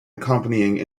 accompanying